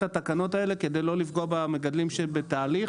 התקנות האלה כדי לא לפגוע במגדלים שהם בתהליך,